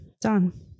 Done